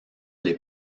les